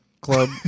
Club